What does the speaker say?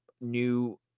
new